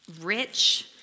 rich